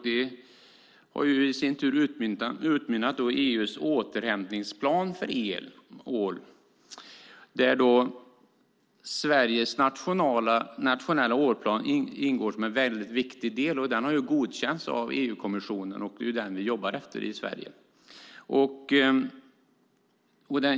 Det har utmynnat i EU:s återhämtningsplan för ål, där Sveriges nationella ålplan ingår som en viktig del. Den har godkänts att EU-kommissionen, och det är den vi jobbar efter i Sverige.